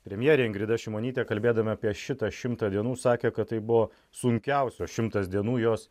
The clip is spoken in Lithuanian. premjerė ingrida šimonytė kalbėdama apie šitą šimtą dienų sakė kad tai buvo sunkiausios šimtas dienų jos